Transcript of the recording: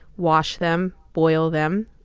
wash them. boil them.